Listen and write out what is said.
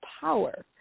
power